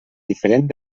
diferent